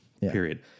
period